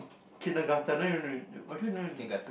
kindergarten no no no